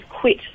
quit